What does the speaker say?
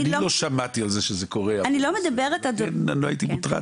אני לא שמעתי על זה שזה קורה, לכן לא הייתי מוטרד.